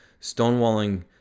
Stonewalling